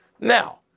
Now